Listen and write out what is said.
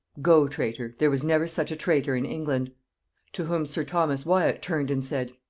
go, traitor, there was never such a traitor in england to whom sir thomas wyat turned and said,